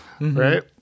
right